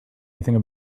anything